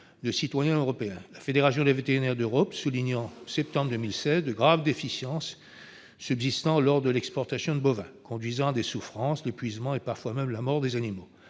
de citoyens européens. La Fédération des vétérinaires d'Europe soulignait en septembre 2016 « les graves déficiences subsistant lors de l'exportation des bovins [...] conduisant à la souffrance, l'épuisement et parfois même la mort des animaux